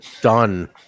done